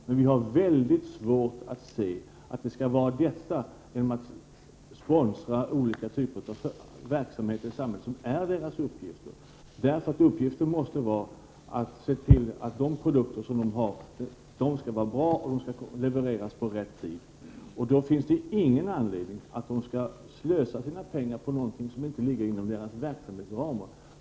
Men vi har mycket svårt att inse att deras uppgift är att sponsra olika typer av verksamhet i samhället. Deras uppgift måste vara att se till att de produkter som de har skall vara bra och levereras i rätt tid. Då finns det inte någon anledning för dem att slösa sina pengar på något som inte ligger inom deras verksamhetsområden.